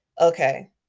Okay